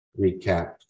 recap